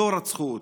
לא רצחו אותו,